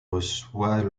reçoit